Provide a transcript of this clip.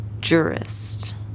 jurist